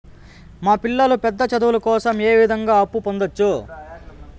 మా పిల్లలు పెద్ద చదువులు కోసం ఏ విధంగా అప్పు పొందొచ్చు?